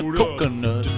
coconut